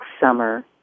summer